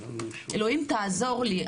אלוקים תעזור לי.